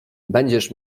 będziesz